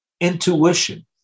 intuition